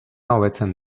hobetzen